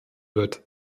wird